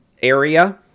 area